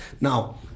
now